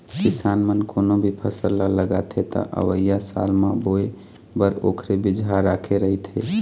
किसान मन कोनो भी फसल ल लगाथे त अवइया साल म बोए बर ओखरे बिजहा राखे रहिथे